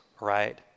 right